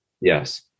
Yes